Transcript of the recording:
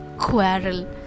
quarrel